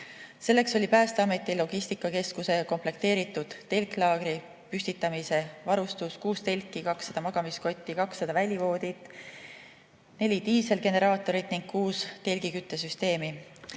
Selleks oli Päästeameti logistikakeskuse komplekteeritud telklaagri püstitamise varustus: kuus telki, 200 magamiskotti, 200 välivoodit, neli diiselgeneraatorit ning kuus telgi küttesüsteemi.